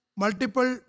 multiple